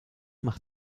macht